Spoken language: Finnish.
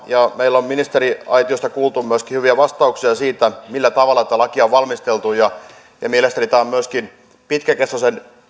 ja on ministeriaitiosta kuultu myöskin hyviä vastauksia siitä millä tavalla tätä lakia on valmisteltu mielestäni tämä on myöskin pitkäkestoisen